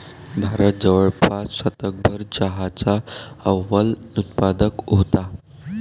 भारत जवळपास शतकभर चहाचा अव्वल उत्पादक होता